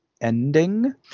ending